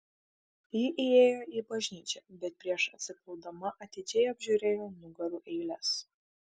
ji įėjo į bažnyčią bet prieš atsiklaupdama atidžiai apžiūrėjo nugarų eiles